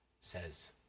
says